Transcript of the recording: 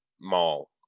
Mall